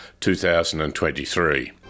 2023